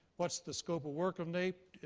what's the scope of work of naep?